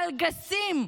קלגסים,